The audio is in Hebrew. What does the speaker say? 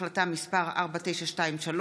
החלטה מס' 4923,